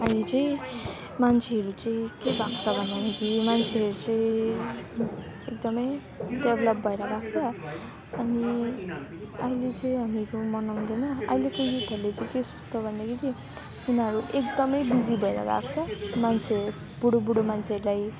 अनि चाहिँ मान्छेहरू चाहिँ के भएको छ भन्दाखेरि मान्छेहरू चाहिँ एकदमै डेभलप भएर गएको छ अनि अहिले चाहिँ हामीहरूको मनाउँदैन अहिलेको युथहरूले चाहिँ के सोच्छ भनेदेखि चाहिँ तिनीहरू एकदमै बिजी भएर गएको छ मान्छेहरू बुढो बुढो मान्छेहरूलाई